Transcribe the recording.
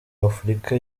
w’afurika